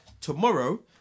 tomorrow